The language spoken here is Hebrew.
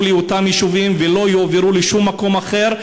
לאותם יישובים ולא יועברו לשום מקום אחר,